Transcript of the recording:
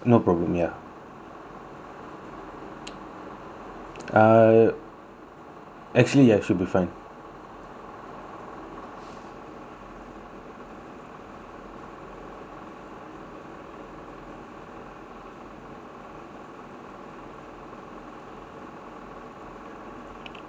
ah actually I should be fine